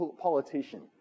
politician